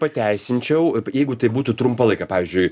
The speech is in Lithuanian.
pateisinčiau jeigu tai būtų trumpą laiką pavyzdžiui